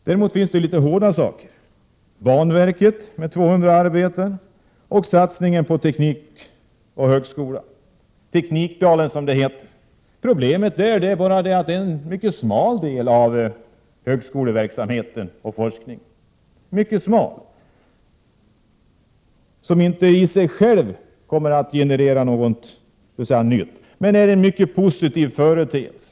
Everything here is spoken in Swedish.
Däremot finns det hårda paket: Vi har banverket, med 200 arbetstillfällen, och satsningen på teknik och högskola — Teknikdalen, som det kallas. Problemet är bara att det rör sig om en mycket smal del av högskoleverksamheten och forskningen, som inte i sig själv kommer att generera något nytt. Det är ändå en positiv företeelse.